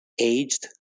aged